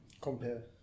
Compare